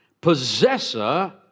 possessor